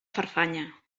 farfanya